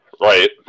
Right